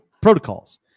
protocols